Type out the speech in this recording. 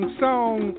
song